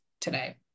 today